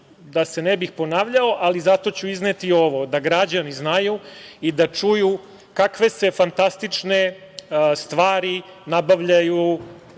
se ne bih ponavljao, ali zato ću izneti ovo, da građani znaju i da čuju kakve se fantastične stvari nabavljaju